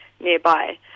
nearby